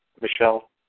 Michelle